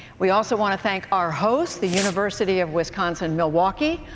we also want to thank our hosts, the university of wisconsin, milwaukee,